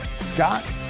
Scott